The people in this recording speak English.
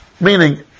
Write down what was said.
Meaning